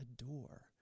adore